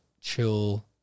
chill